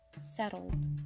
settled